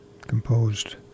composed